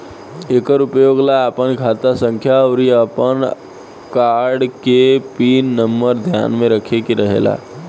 एकर उपयोग ला आपन खाता संख्या आउर आपन कार्ड के पिन नम्बर ध्यान में रखे के रहेला